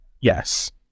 Yes